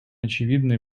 очевидные